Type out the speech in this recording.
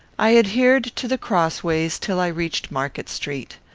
i adhered to the crossways, till i reached market street.